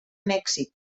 mèxic